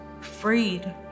freed